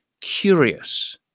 curious